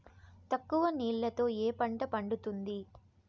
తక్కువ నీళ్లతో ఏ పంట పండుతుంది?